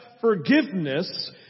forgiveness